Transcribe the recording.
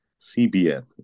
CBN